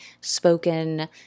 spoken